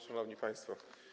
Szanowni Państwo!